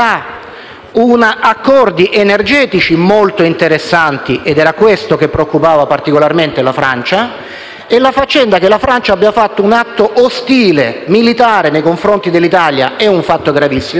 e accordi energetici molto interessanti (era questo che preoccupava particolarmente la Francia). Il fatto che la Francia abbia compiuto un atto ostile a carattere militare nei confronti dell'Italia è un fatto gravissimo,